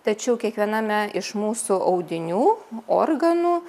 tačiau kiekviename iš mūsų audinių organų